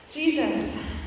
Jesus